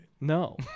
No